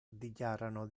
dichiarano